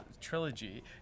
trilogy